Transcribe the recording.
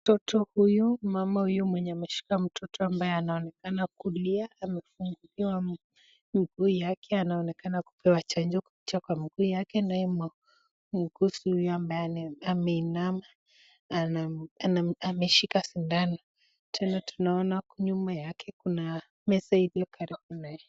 Mtoto huyo, mama huyo mwenye ameshika mtoto ambaye anaonekana kulia, amefungiwa mguu yake anaonekana kupewa chanjo kupitia kwa mguu yake naye mwuguzi ambaye ameinama ameshika sindano. Tena tunaona nyuma yake kuna meza iliyo karibu na yeye.